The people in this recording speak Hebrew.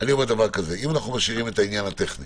אני אומר, אם אנחנו משאירים את העניין הטכני